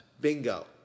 Bingo